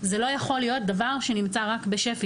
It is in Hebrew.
זה לא יכול להיות דבר שנמצא רק בשפ"י,